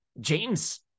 James